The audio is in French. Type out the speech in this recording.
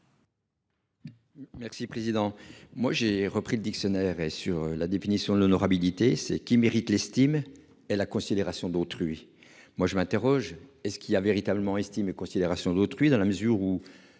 Merci président. Moi j'ai repris le dictionnaire et sur la définition de l'honorabilité, c'est qui mérite l'estime et la considération d'autrui. Moi je m'interroge et ce qui a véritablement estime et considération d'autrui dans la mesure où